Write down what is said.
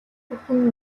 бүхэн